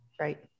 Right